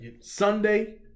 Sunday